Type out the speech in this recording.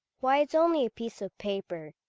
why, that's only a piece of paper.